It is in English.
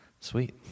sweet